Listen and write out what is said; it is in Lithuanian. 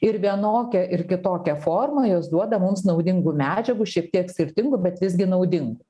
ir vienokia ir kitokia forma jos duoda mums naudingų medžiagų šiek tiek skirtingų bet visgi naudingų